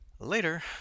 Later